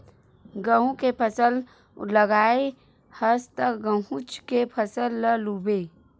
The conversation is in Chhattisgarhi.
गहूँ के फसल लगाए हस त गहूँच के फसल ल लूबे